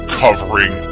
covering